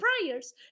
prayers